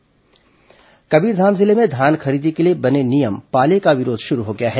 किसान विरोध कबीरधाम जिले में धान खरीदी के लिए बने नियम पाले का विरोध शुरू हो गया है